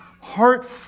heart